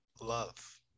love